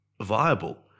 viable